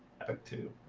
epic too.